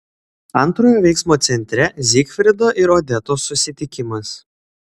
antrojo veiksmo centre zygfrido ir odetos susitikimas